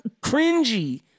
cringy